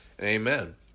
amen